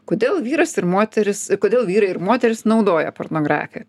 kodėl vyras ir moteris kodėl vyrai ir moterys naudoja pornografiją